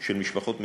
של משפחות מצוקה.